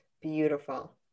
beautiful